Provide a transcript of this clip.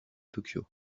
tokyo